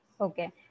Okay